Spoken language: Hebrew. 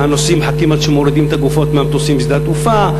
והנוסעים מחכים עד שמורידים את הגופות מהמטוסים בשדה-התעופה.